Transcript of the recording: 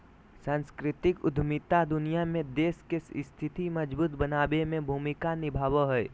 सांस्कृतिक उद्यमिता दुनिया में देश के स्थिति मजबूत बनाबे में भूमिका निभाबो हय